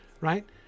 Right